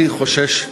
אני חושש,